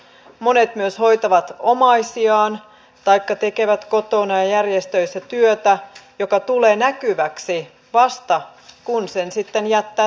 monet myös hoitavat omaisiaan taikka tekevät kotona ja järjestöissä työtä joka tulee näkyväksi vasta kun sen sitten jättää tekemättä